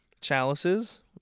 chalices